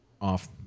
off